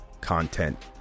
content